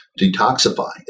detoxify